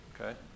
Okay